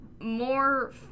more